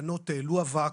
התקנות העלו אבק,